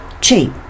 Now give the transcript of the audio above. cheap